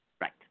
Right